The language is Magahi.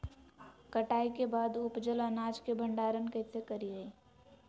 कटाई के बाद उपजल अनाज के भंडारण कइसे करियई?